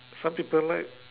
some people like